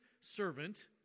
servant